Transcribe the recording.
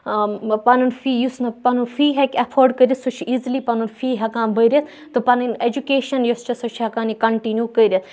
آ پَنُن فیٖس نہٕ پَنُن فی ہؠکہِ اؠفٲڈ کٔرِتھ سُہ چھُ ایٖزِلی پَنُن فی ہؠکان بٔرِتھ تہٕ پَنٕنۍ اؠجُکیشَن یُس چھُ سُہ چھُ ہؠکان یہِ کَنٹنیوٗ کٔرِتھ